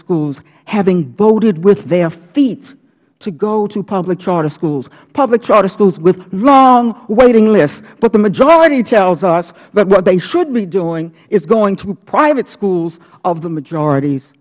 schools having voted with their feet to go to public charter schools public charter schools with long waiting lists but the majority tells us that what they should be doing is going to private schools of the majority's